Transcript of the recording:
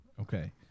Okay